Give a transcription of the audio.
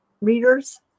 readers